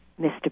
Mr